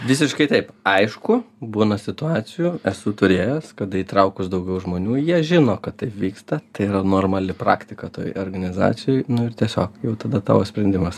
visiškai taip aišku būna situacijų esu turėjęs kada įtraukus daugiau žmonių jie žino kad taip vyksta tai yra normali praktika toj organizacijoj nu ir tiesiog jau tada tavo sprendimas